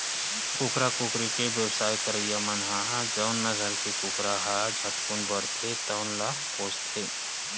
कुकरा, कुकरी के बेवसाय करइया मन ह जउन नसल के कुकरा ह झटकुन बाड़थे तउन ल पोसथे